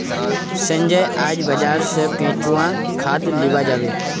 संजय आइज बाजार स केंचुआ खाद लीबा जाबे